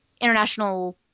international